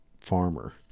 farmer